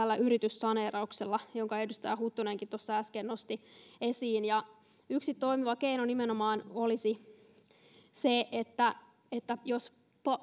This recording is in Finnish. yrityssaneerauksella jonka edustaja huttunenkin tuossa äsken nosti esiin yksi toimiva keino nimenomaan olisi se jos